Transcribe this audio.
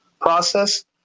process